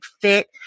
fit